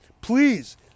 Please